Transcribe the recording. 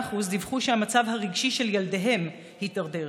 ו-28% דיווחו שהמצב הרגשי של ילדיהם הידרדר.